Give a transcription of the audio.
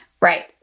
right